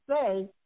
say